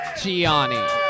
Gianni